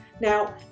Now